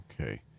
Okay